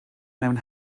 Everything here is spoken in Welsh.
mewn